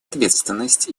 ответственность